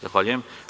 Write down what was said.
Zahvaljujem.